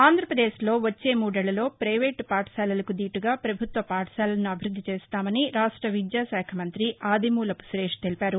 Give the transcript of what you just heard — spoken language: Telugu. ఆంధ్రప్రదేశ్లో వచ్చే మూడేళ్ళలో పైవేటు పాఠశాలలకు దీటుగా ప్రభుత్వ పాఠశాలలను అభివృద్ది చేస్తామని రాష్ట్ర విద్యాశాఖ మంగ్రతి ఆదిమూలపు సురేష్ తెలిపారు